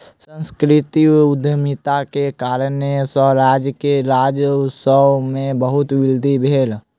सांस्कृतिक उद्यमिता के कारणेँ सॅ राज्य के राजस्व में बहुत वृद्धि भेल